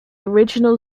original